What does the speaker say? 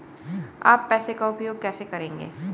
आप पैसे का उपयोग कैसे करेंगे?